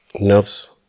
nerves